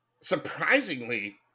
surprisingly